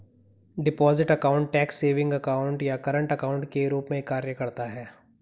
deposit account tax savings account या current account के रूप में कार्य करता है